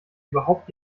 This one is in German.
überhaupt